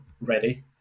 ready